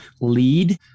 lead